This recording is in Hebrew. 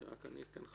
1 נגד,